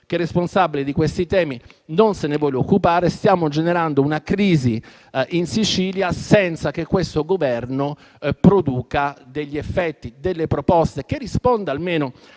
che dell'ambiente, pare non se ne voglia occupare. Stiamo generando una crisi in Sicilia senza che questo Governo produca degli effetti, delle proposte, che risponda almeno